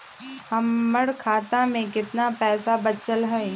हमर खाता में केतना पैसा बचल हई?